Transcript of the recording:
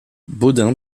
baudin